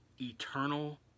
eternal